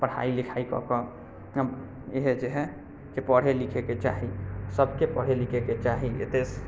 पढ़ाइ लिखाइ कऽकऽ अब इहे जे है से पढ़ै लिखैके चाही सभकेँ पढ़ै लिखैके चाही एते